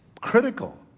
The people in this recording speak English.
critical